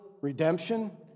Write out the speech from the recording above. redemption